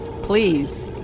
please